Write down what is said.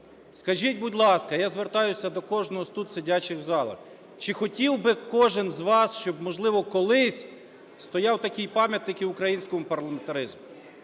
Скажіть, будь ласка, я звертаюся до кожного з тут сидячого в залі, чи хотів би кожен з вас, щоб, можливо, колись стояв такий пам'ятник і українському парламентаризму?